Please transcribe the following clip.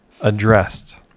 addressed